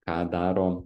ką daro